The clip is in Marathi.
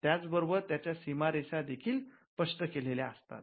त्याचबरोबर त्याच्या सीमारेषा देखील स्पष्ट केलेल्या असतात